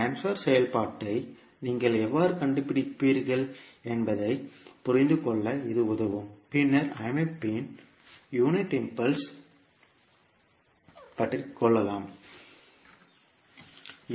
transfer செயல்பாட்டை நீங்கள் எவ்வாறு கண்டுபிடிப்பீர்கள் என்பதைப் புரிந்து கொள்ள இது உதவும் பின்னர் அமைப்பின் யூனிட் இம்பல்ஸ் ரெஸ்பான்ஸ்